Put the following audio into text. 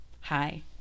Hi